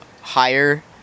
higher